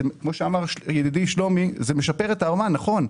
כמו שאמר ידידי שלומי, זה משפר את הרמה, נכון,